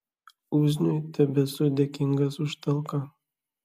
uzniui tebesu dėkingas už talką